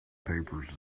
papers